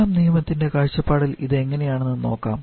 രണ്ടാം നിയമത്തിൻറെ കാഴ്ചപ്പാടിൽ ഇത് എങ്ങനെയാണെന്ന് നോക്കാം